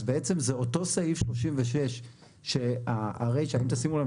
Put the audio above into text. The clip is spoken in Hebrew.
אז בעצם זה אותו סעיף 36. אם תשימו לב,